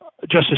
Justice